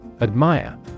Admire